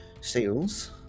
sales